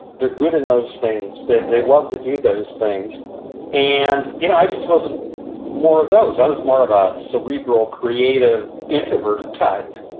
they're good in those things. they they love to do those things and you know i just wasn't more of those. i was more of a cerebral, creative, introverted type.